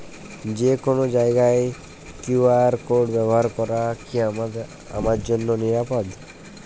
যে কোনো জায়গার কিউ.আর কোড ব্যবহার করা কি আমার জন্য নিরাপদ?